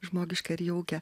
žmogišką ir jaukią